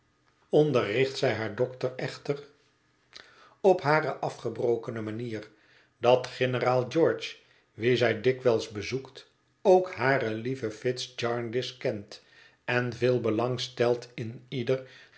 onderricht zij haar dokter echter op hare afgebrokene manier dat generaal george wien zij dikwijls bezoekt ook hare lieve fitz jarndyce kent en veel belang stelt in ieder